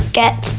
get